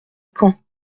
caen